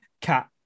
cat